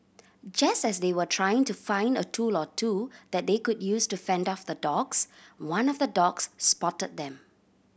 just as they were trying to find a tool or two that they could use to fend off the dogs one of the dogs spotted them